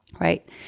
right